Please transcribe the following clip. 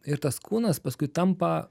ir tas kūnas paskui tampa